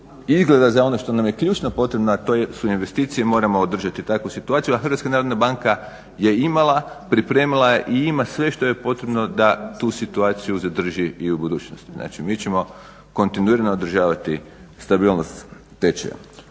izgleda za ono što nam je ključna potrebno, a to su investicije moramo održati takvu situaciju, a HNB je imala, pripremila je i ima sve što je potrebno da tu situaciju zadrži i u budućnosti. Znači mi ćemo kontinuirano održavati stabilnost tečaja.